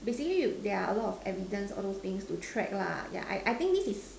basically there are a lot of evidence all those things to track lah yeah I think this is